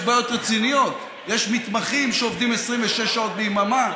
יש בעיות רציניות: יש מתמחים שעובדים 26 שעות ביממה,